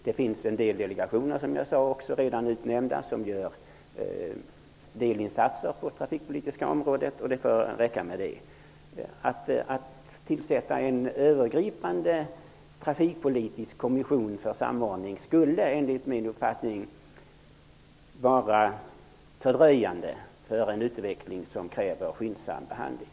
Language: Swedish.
Det finns en del delegationer redan utnämnda som gör delinsatser på det trafikpolitiska området. Det får räcka med det. Att tillsätta en övergripande trafikpolitisk kommission för samordning skulle enligt min uppfattning fördröja utvecklingen, som kräver skyndsam handling.